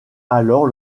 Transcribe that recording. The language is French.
alors